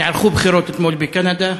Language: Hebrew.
נערכו בחירות אתמול בקנדה,